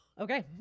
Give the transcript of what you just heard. Okay